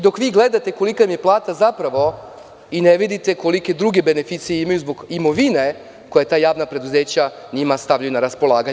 Dok vi gledate kolika im je plata, zapravo i ne vidite kolike druge beneficije imaju zbog imovine koju ta javna preduzeća stavljaju na raspolaganje.